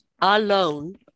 alone